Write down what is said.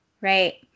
Right